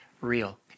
real